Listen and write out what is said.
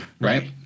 Right